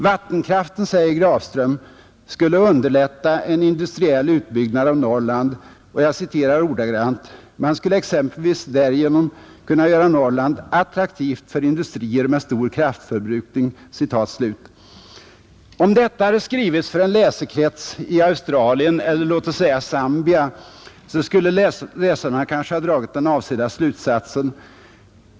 Vattenkraften, säger herr Grafström, skulle underlätta en industriell utbyggnad av Norrland: ”Man skulle exempelvis därigenom kunna göra Norrland attraktivt för industrier med stor kraftförbrukning.” Om detta hade skrivits för en läsekrets i Australien eller låt säga i Zambia skulle läsarna kanske ha dragit den avsedda slutsatsen.